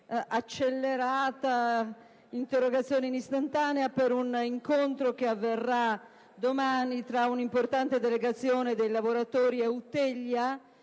accelerata interrogazione in istantanea per un incontro che avverrà domani tra un'importante delegazione dei lavoratori Eutelia